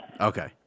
Okay